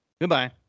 Goodbye